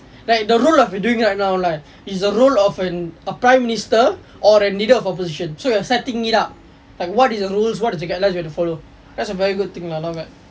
like the role of what I'm doing right now right is the role a a prime minister or a leader of opposition so you are setting it up like what is the rules what is the guidelines you have to follow that's a very good thing lah not bad